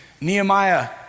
Nehemiah